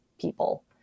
people